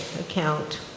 account